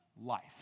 life